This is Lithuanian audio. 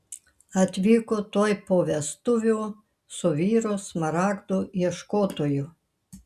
atvyko tuoj po vestuvių su vyru smaragdų ieškotoju